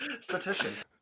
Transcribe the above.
Statistician